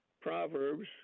Proverbs